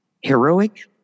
heroic